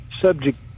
subject